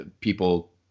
people